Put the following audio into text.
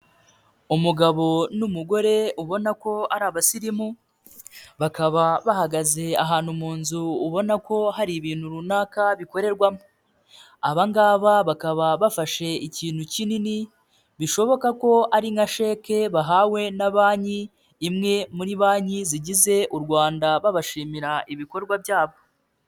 Umugabo n'umugore ubona ko ari abasirimu, bakaba bahagaze ahantu mu nzu ubona ko hari ibintu runaka bikorerwamo. Aba ngaba bakaba bafashe ikintu kinini, bishoboka ko ari nka sheke bahawe na banki imwe muri banki zigize u Rwanda babashimira ibikorwa byabo.